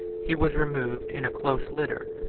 he was removed in a close litter,